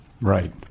Right